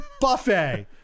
buffet